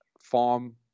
farm